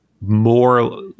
more